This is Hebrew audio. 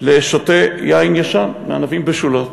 לשותה יין ישן מענבים בשולות.